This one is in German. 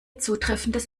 zutreffendes